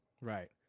right